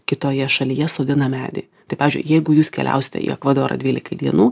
kitoje šalyje sodina medį tai pavyzdžiui jeigu jūs keliausite į ekvadorą dvylikai dienų